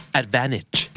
advantage